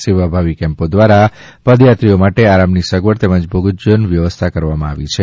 સેવાભાવી કેમ્પો દ્વારા પદયાત્રી માટે આરામની સગવડ તેમજ ભોજન વ્યવસ્થા કરવામાં આવી રહી છે